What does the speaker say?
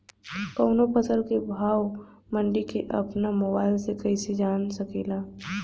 कवनो फसल के भाव मंडी के अपना मोबाइल से कइसे जान सकीला?